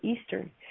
Eastern